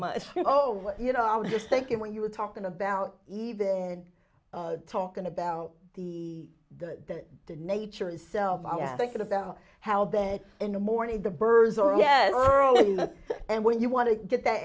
much oh you know i was just thinking when you were talking about even talking about the that the nature is selfish i was thinking about how bed in the morning the birds are yes and when you want to get th